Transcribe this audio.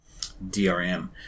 DRM